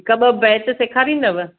हिकु ॿ ॿेत सेखारिींदव